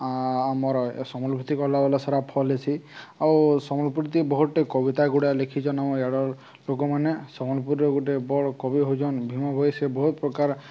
ଆ ଆମର ସମ୍ବଲପୁରୀ କଲାବେଲା ସାରା ଫଲ୍ ହେସି ଆଉ ସମ୍ବଲପୁରୀ ବହୁତଟେ କବିତା ଗୁଡ଼ାଏ ଲେଖିଛନ୍ ଆମ ଇଡ଼ ଲୋକମାନେ ସମ୍ବଲପୁରୀର ଗୋଟେ ବଡ଼ କବି ହେଉଛନ୍ ଭୀମ ଭୋଇ ସେ ବହୁତ ପ୍ରକାର